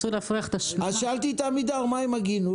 אז שאלתי את עמידר מה עם הגינון,